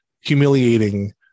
humiliating